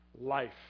life